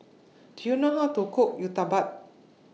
Do YOU know How to Cook Uthapam